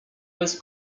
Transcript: was